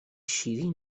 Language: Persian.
شیرین